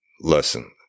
listen